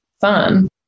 fun